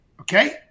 okay